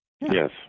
Yes